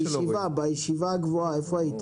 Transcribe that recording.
בישיבה הגבוהה, איפה היית?